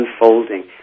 unfolding